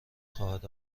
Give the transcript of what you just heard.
خواهد